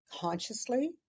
consciously